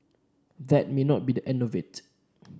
that may not be the end of it